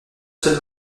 seul